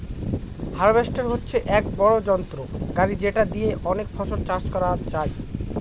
harvester হচ্ছে এক বড়ো যন্ত্র গাড়ি যেটা দিয়ে অনেক ফসল চাষ করা যায়